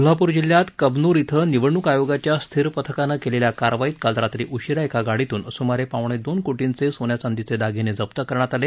कोल्हापूर जिल्ह्यात कबनूर श्विं निवडणूक आयोगाच्या स्थिर पथकानं केलेल्या कारवाईत काल रात्री उशीरा एका गाडीतून सुमारे पावणेदोन कोटींचे सोन्याचांदीचे दागिने जप्त करण्यात आले